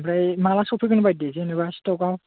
ओमफ्राय य माला सफैगोन बादि जेनबा स्टकाव